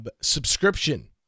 subscription